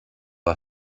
are